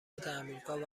تعمیرکار